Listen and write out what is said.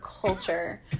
culture